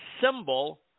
symbol